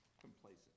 complacent